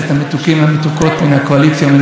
שני דברים קצרים מאוד: א.